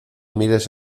mires